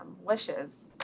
wishes